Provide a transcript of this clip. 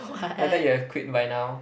I thought you have quit by now